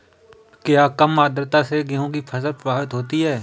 क्या कम आर्द्रता से गेहूँ की फसल प्रभावित होगी?